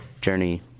Journey